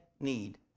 need